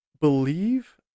believe